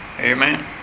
Amen